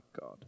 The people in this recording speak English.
God